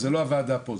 זה לא הוועדה פה.